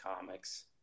comics